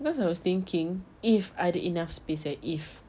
because I was thinking if ada enough space eh if